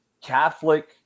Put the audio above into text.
Catholic